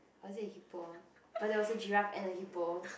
or it is hippo but there was a giraffe and a hippo